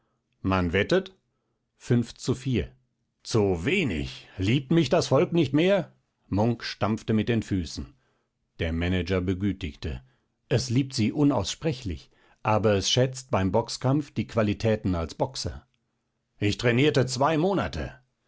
man wettet zu wenig liebt mich das volk nicht mehr munk stampfte mit den füßen der manager begütigte es liebt sie unaussprechlich aber es schätzt beim boxkampf die qualitäten als boxer ich trainierte zwei monate